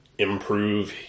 improve